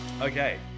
okay